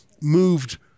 moved